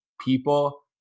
people